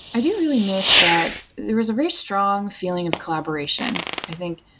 i do really miss that there was a very strong feel ing of collaboration. i think,